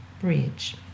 bridge